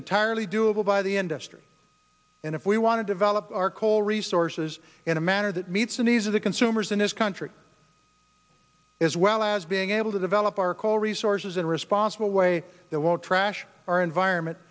entirely doable by the industry and if we want to develop our coal resources in a manner that meets the needs of the consumers in this country as well as being able to develop our call resources in a responsible way that won't trash our environment